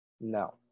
no